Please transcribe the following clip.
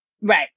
Right